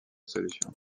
solution